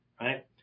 right